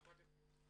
כמה דקות?